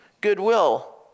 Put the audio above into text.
goodwill